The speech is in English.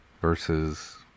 versus